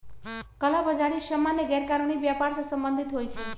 कला बजारि सामान्य गैरकानूनी व्यापर से सम्बंधित होइ छइ